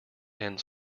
ends